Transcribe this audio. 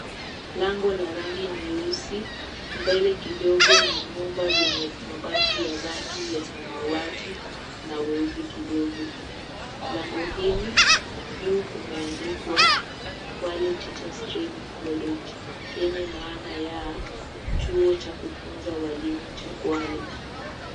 Lango la rangi nyeusi. Mbele kidogo ni nyumba zenye mabati ya rangi ya samawati na weupe kidogo. Lango hili, juu kumeandikwa "Kwale Teachers Training College" yenye maana ya chuo cha kufunza walimu cha Kwale.